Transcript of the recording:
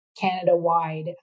Canada-wide